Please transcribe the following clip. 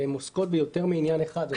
והן עוסקות ביותר מעניין אחד,